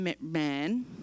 man